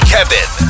Kevin